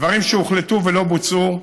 דברים שהוחלטו ולא בוצעו,